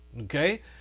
Okay